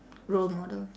role model